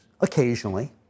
occasionally